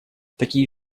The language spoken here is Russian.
такие